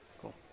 Cool